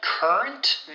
Current